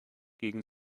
gegen